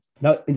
Now